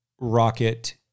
Rocket